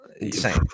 Insane